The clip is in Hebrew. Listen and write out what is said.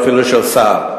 ואפילו של שר.